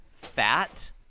Fat